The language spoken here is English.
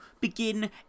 begin